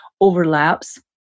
overlaps